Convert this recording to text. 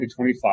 2025